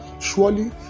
surely